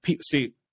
see